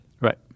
Right